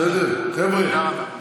בסדר, חבר'ה,